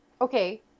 Okay